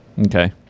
Okay